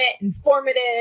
informative